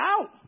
out